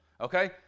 Okay